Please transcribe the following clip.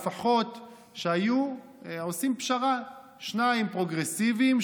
לפחות שהיו עושים פשרה: שניים פרוגרסיביים,